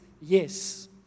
yes